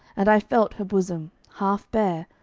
and i felt her bosom, half bare,